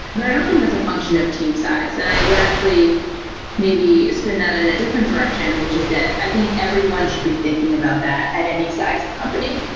but i don't think that's a function of team size, and i would actually maybe spin that in a different direction, which is that i think everyone should be thinking about that at any size of company.